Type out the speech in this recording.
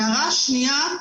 ההערה השנייה,